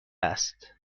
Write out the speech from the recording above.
است